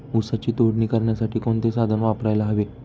ऊसाची तोडणी करण्यासाठी कोणते साधन वापरायला हवे?